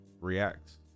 reacts